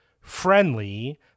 friendly